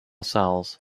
cells